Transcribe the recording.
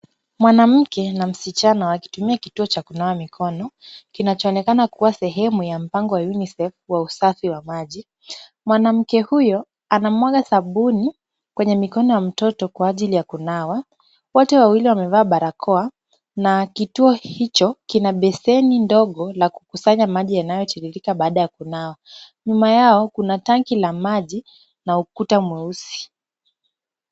Mwanamke na msichana wakitumia kituo cha kunawa mikono, kinachoonekana kuwa sehemu ya mpango wa UNICEF wa usafi wa maji. Mwanamke huyo anamwaga sabuni kwenye mikono ya mtoto kwa ajili ya kunawa. Wote wawili wamevaa barakoa na kituo hicho kina beseni ndogo la kukusanya maji yanayotiririka baada ya kunawa. Nyuma yao kuna tanki la maji na ukuta mweusi.